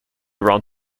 round